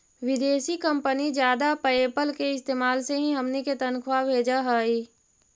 विदेशी कंपनी जादा पयेपल के इस्तेमाल से ही हमनी के तनख्वा भेजऽ हइ